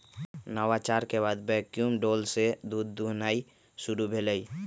नवाचार के बाद वैक्यूम डोल से दूध दुहनाई शुरु भेलइ